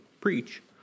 preach